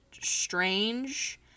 strange